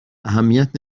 اهمیت